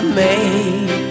made